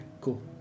cool